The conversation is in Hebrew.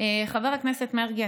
חבר הכנסת מרגי,